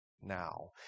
now